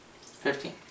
fifteen